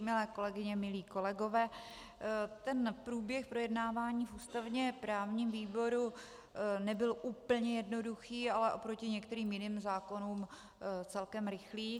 Milé kolegyně, milí kolegové, průběh projednávání v ústavněprávním výboru nebyl úplně jednoduchý, ale oproti některým jiným zákonům celkem rychlý.